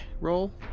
roll